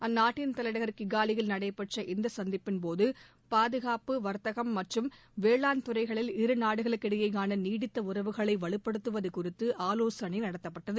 அந்நாட்டின் தலைநகர் கிகாலியில் நடைபெற்ற இந்த சந்திப்பின் போது பாதுகாப்பு வர்த்தகம் மற்றும் வேளாண் துறைகளில் இருநாடுகளிடையேயான நீடித்த உறவுகளை வலுப்படுத்துவது குறித்து ஆலோசனை நடத்தப்பட்டது